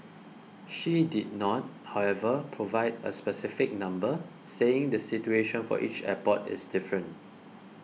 she did not however provide a specific number saying the situation for each airport is different